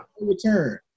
return